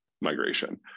migration